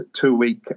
two-week